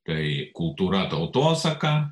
tai kultūra tautosaka